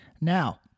Now